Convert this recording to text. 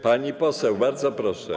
Pani poseł, bardzo proszę.